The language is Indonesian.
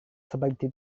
seperti